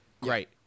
Great